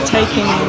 taking